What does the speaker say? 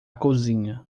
cozinha